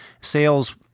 sales